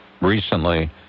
recently